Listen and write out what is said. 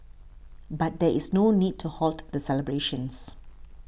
but there is no need to halt the celebrations